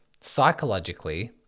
psychologically